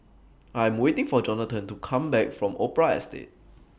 I Am waiting For Johnathan to Come Back from Opera Estate